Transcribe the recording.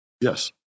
Yes